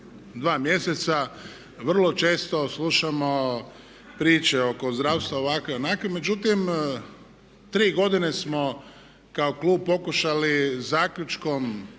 Hvala vam